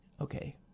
Okay